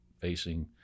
facing